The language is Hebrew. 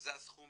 זה הסכום